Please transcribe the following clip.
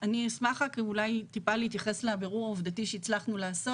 אני אשמח להתייחס טיפה לבירור העובדתי שצלחנו לעשות